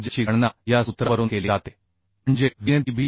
ज्याची गणना या सूत्रावरून केली जाते म्हणजे Vnpb 2